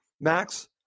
Max